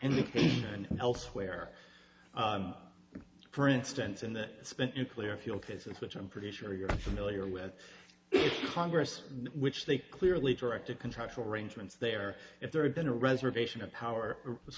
and elsewhere for instance in the spent nuclear fuel cases which i'm pretty sure you're familiar with congress which they clearly directed contractual arrangements there if there had been a reservation or power was